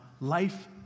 life